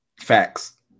Facts